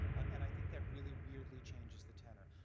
um and i think that really weirdly changes the tenor.